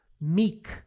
meek